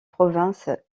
provinces